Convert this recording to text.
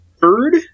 third